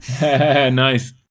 nice